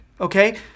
Okay